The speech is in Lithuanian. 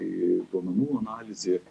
į duomenų analizę